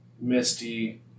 misty